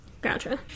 Gotcha